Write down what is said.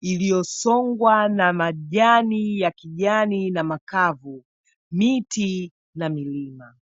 iliyosongwa na majani ya kijani na makavu, miti na milima.